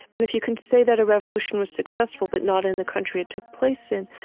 and if you can say that a revolution was successful but not in the country it took place in,